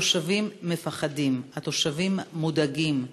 התושבים מפחדים, התושבים מודאגים,